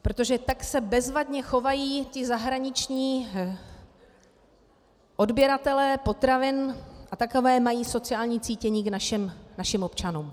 Protože tak se bezvadně chovají zahraniční odběratelé potravin a takové mají sociální cítění k našim občanům.